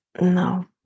No